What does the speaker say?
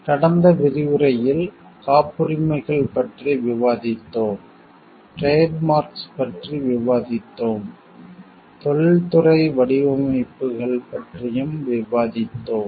கடந்த விரிவுரையில் காப்புரிமைகள் பற்றி விவாதித்தோம் டிரேட் மார்க்ஸ் பற்றி விவாதித்தோம் தொழில்துறை வடிவமைப்புகள் இண்டஸ்ட்ரியல் டிசைன் பற்றியும் விவாதித்தோம்